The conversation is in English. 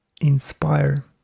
inspire